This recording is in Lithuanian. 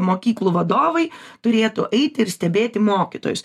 mokyklų vadovai turėtų eiti ir stebėti mokytojus